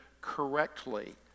correctly